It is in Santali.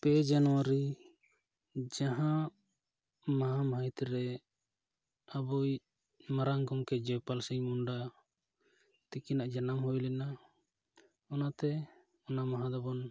ᱯᱮ ᱡᱟᱱᱩᱣᱟᱨᱤ ᱡᱟᱦᱟᱸ ᱢᱟᱦᱟ ᱢᱟᱹᱦᱤᱛᱨᱮ ᱟᱵᱚᱭᱤᱡ ᱢᱟᱨᱟᱝ ᱜᱚᱝᱠᱮ ᱡᱚᱭᱯᱟᱞ ᱥᱤᱝ ᱛᱤᱠᱤᱱᱟᱜ ᱡᱟᱱᱟᱢ ᱦᱩᱭ ᱞᱮᱱᱟ ᱚᱱᱟᱛᱮ ᱚᱱᱟ ᱢᱟᱦᱟ ᱫᱚᱵᱚᱱ